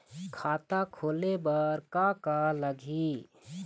खाता खोले बर का का लगही?